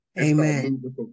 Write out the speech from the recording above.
Amen